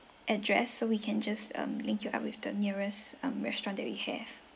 address so we can just um link you up with the nearest um restaurant that we have